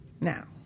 now